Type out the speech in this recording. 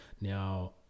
now